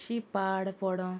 शी पाड पडो